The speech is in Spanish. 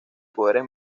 poderes